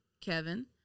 Kevin